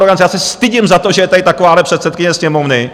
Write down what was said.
Já se stydím za to, že je tady takováhle předsedkyně Sněmovny.